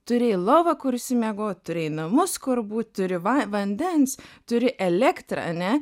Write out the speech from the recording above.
turėjai lovą kur išsimiegot turėjai namus kur būt turi va vandens turi elektrą ane